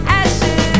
ashes